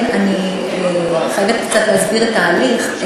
אני חייבת קצת להסביר את ההליך.